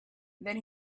then